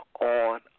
on